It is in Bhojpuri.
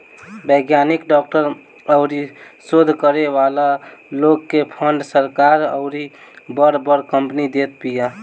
वैज्ञानिक, डॉक्टर अउरी शोध करे वाला लोग के फंड सरकार अउरी बड़ बड़ कंपनी देत बिया